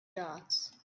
dots